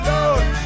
Lord